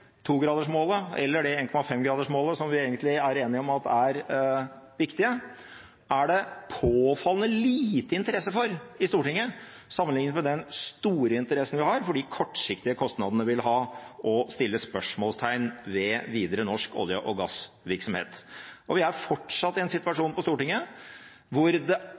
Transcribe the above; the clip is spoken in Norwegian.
togradersmålet, eller 1,5-gradersmålet, som vi egentlig er enige om er det riktige, er det påfallende liten interesse for i Stortinget, sammenlignet med den store interessen vi har for de kortsiktige kostnadene det vil ha å sette spørsmålstegn ved videre norsk olje- og gassvirksomhet. Vi er fortsatt i en situasjon på Stortinget hvor